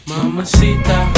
Mamacita